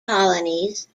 colonies